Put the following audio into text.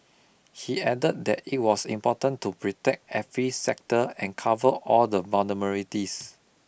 he added that it was important to protect every sector and cover all the vulnerabilities